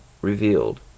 revealed